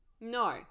No